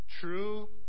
True